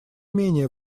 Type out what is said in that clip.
менее